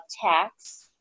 tax